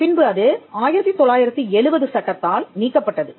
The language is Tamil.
பின்பு அது 1970 சட்டத்தால் நீக்கப்பட்டது